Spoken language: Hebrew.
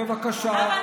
בבקשה.